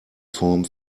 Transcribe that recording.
form